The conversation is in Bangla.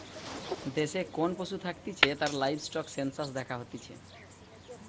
দেশে কোন পশু থাকতিছে তার লাইভস্টক সেনসাস দ্যাখা হতিছে